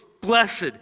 blessed